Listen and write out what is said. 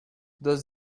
does